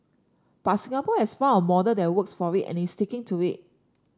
but Singapore has found a model that works for it and is sticking to it